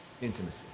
Intimacy